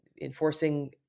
enforcing